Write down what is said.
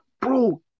bro